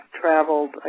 traveled